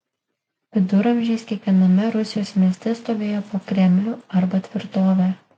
viduramžiais kiekviename rusijos mieste stovėjo po kremlių arba tvirtovę